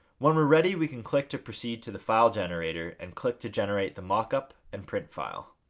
when we're ready we can click to proceed to the file generator and click to generate the mockup and printfile.